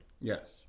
Yes